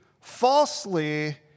falsely